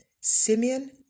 Simeon